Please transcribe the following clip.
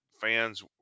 fans